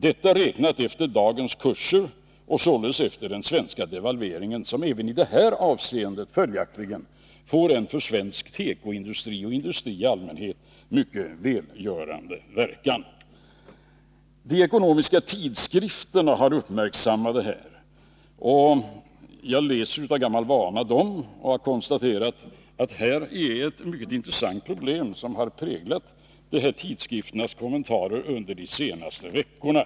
Detta är räknat efter dagens kurs och således efter den svenska devalveringen, som även i det här avseendet får en för svensk tekoindustri och svensk industri i allmänhet mycket välgörande verkan. De ekonomiska tidskrifterna har uppmärksammat detta. Jag läser dem av gammal vana, och jag har konstaterat att det finns ett mycket intressant problem som har präglat dessa tidskrifters kommentarer under de senaste veckorna.